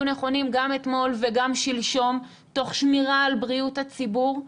נכונים גם אתמול וגם שלשום תוך שמירה על בריאות הציבור.